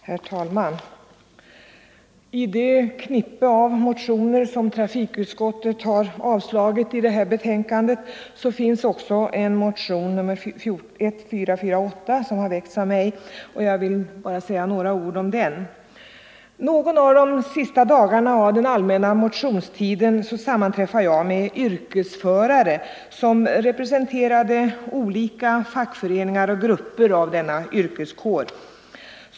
Herr talman! I det knippe av motioner som trafikutskottet avstyrkt i det här betänkandet finns också en motion, nr 1448, som väckts av mig. Jag vill bara säga några ord om den. Någon av de sista dagarna under den allmänna motionstiden sammanträffade jag med yrkesförare, som representerade olika fackföreningar och grupper av denna yrkeskår.